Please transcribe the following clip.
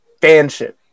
fanship